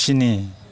स्नि